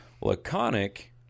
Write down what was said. laconic